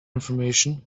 information